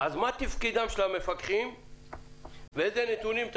מה תפקידם של המפקחים ואיזה נתונים אתה